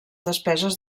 despeses